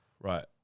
Right